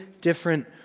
different